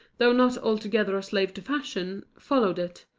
though not altogether a slave to fashion, followed it,